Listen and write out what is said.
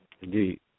Indeed